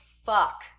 Fuck